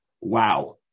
Wow